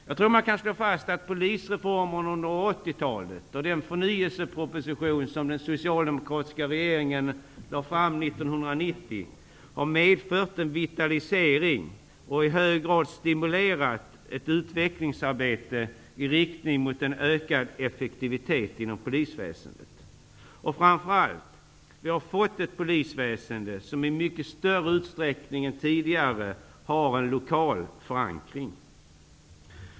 Jag tror att man kan slå fast att polisreformen under 80-talet och den förnyelseproposition som den socialdemokratiska regeringen lade fram 1990 har medfört en vitalisering. De har i hög grad stimulerat ett utvecklingsarbete i riktning mot en ökad effektivitet inom polisväsendet. Framför allt har vi fått ett polisväsende som i mycket större utsträckning än tidigare har en lokal förankring.